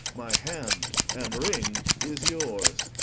my hand and ring is yours.